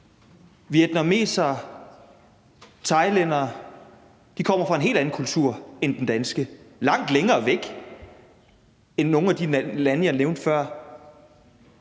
Vietnamesere og thailændere kommer fra en helt anden kultur end den danske – langt længere væk fra end nogen af de lande, jeg nævnte før.